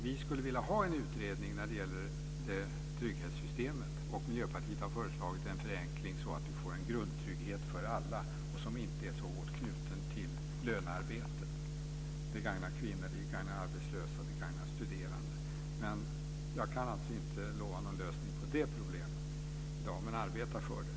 Vi skulle vilja ha en utredning när det gäller trygghetssystemet. Och Miljöpartiet har föreslagit en förenkling, så att vi får en grundtrygghet för alla som inte är så hårt knuten till lönearbetet. Det gagnar kvinnor, arbetslösa och studerande. Men jag kan alltså inte lova någon lösning på det problemet i dag men arbetar för det.